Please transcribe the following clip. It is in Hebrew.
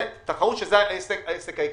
זהו ההישג העיקרי.